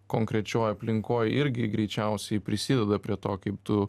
konkrečioj aplinkoj irgi greičiausiai prisideda prie to kaip tu